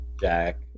Jack